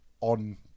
on